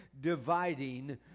dividing